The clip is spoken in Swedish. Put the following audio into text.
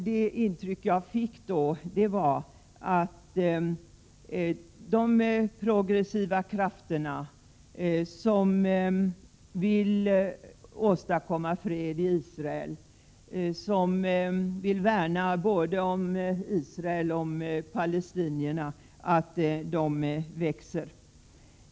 Det intryck jag fick var att de progressiva krafter som vill åstadkomma fred i Israel och, som vill värna både om Israel och om palestinierna växer.